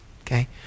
okay